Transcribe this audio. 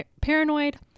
Paranoid